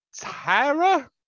Tara